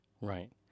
Right